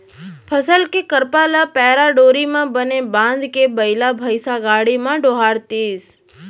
फसल के करपा ल पैरा डोरी म बने बांधके बइला भइसा गाड़ी म डोहारतिस